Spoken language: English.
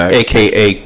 aka